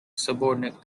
subordinate